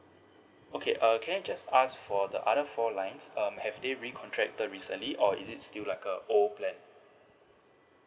okay uh can I just ask for the other four lines um have they recontracted recently or is it still like a old plan